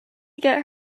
get